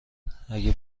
اگه